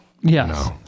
Yes